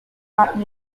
not